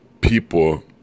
people